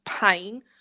pain